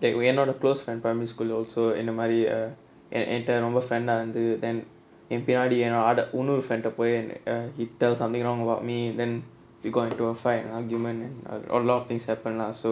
that we are not close in primary school also இந்தமாரி என்ட ரொம்ப:inthamaari enta romba friend இருந்து:irunthu then என் பின்னாடி இன்னொரு:en pinnaadi innoru friend போயி:poyi he tells something wrong about me then we got into a fight argument and a lot of things happen lah so